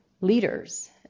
leaders